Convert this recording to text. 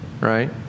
right